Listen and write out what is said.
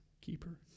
keeper